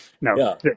No